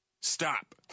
Stop